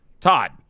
Todd